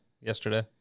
yesterday